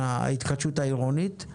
ההתחדשות העירונית,